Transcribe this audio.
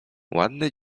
ładny